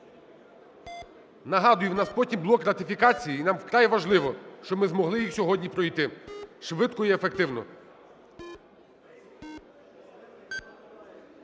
Нагадую, в нас потім блок ратифікацій, і нам вкрай важливо, щоб ми змогли їх сьогодні пройти швидко й ефективно.